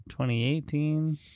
2018